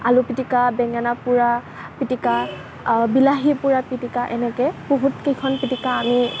আলু পিটিকা বেঙেনা পুৰা পিটিকা আৰু বিলাহী পুৰা পিটিকা এনেকৈ বহুত কেইখন পিটিকা আমি